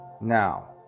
Now